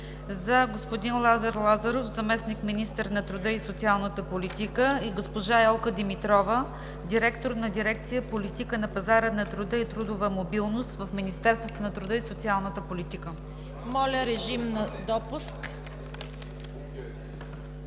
за господин Лазар Лазаров – заместник-министър на труда и социалната политика, и госпожа Елка Димитрова – директор на дирекция „Политика на пазара на труда и трудова мобилност“ в Министерството на труда и социалната политика. ПРЕДСЕДАТЕЛ ЦВЕТА